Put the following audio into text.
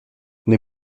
les